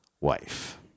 wife